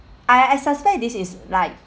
I I suspect this is like